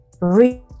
Read